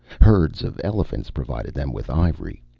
herds of elephants provided them with ivory.